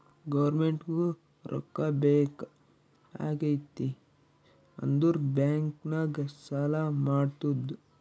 ಗೌರ್ಮೆಂಟ್ಗೂ ರೊಕ್ಕಾ ಬೇಕ್ ಆಗಿತ್ತ್ ಅಂದುರ್ ಬ್ಯಾಂಕ್ ನಾಗ್ ಸಾಲಾ ಮಾಡ್ತುದ್